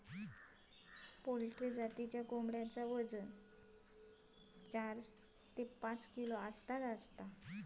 poultry जातीच्या कोंबड्यांचा वजन चार ते पाच किलो असता